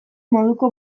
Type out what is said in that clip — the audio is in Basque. moduko